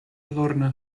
lorna